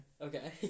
Okay